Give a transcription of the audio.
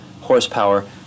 horsepower